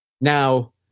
now